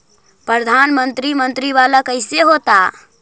प्रधानमंत्री मंत्री वाला कैसे होता?